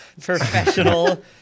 Professional